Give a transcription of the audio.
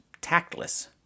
tactless